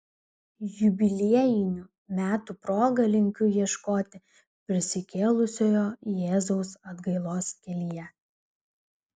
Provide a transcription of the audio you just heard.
jubiliejinių metų proga linkiu ieškoti prisikėlusiojo jėzaus atgailos kelyje